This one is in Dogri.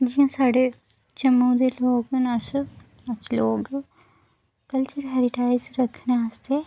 जियां साढ़े जम्मू दे लोक न अस अस लोक कल्चर हैरीटेज़ रक्खने आस्तै